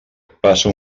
passa